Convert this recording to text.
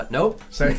Nope